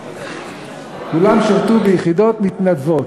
כולם שירתו ביחידות מתנדבות,